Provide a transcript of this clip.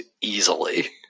easily